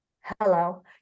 hello